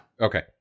okay